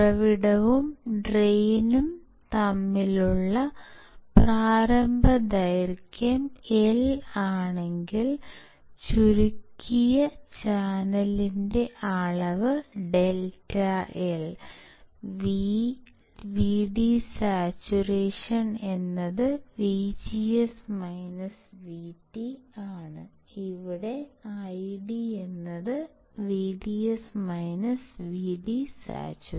ഉറവിടവും ഡ്രെയിനും തമ്മിലുള്ള പ്രാരംഭ ദൈർഘ്യം L ആണെങ്കിൽ ചുരുക്കിയ ചാനലിന്റെ അളവ് ∆L VD saturation VGS VT ഇവിടെ I VDS VD saturation